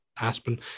Aspen